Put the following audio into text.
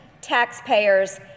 taxpayers